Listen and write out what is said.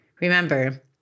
Remember